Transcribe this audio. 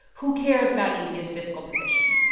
who cares about india's fiscal position?